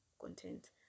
content